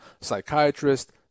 psychiatrist